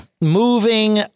Moving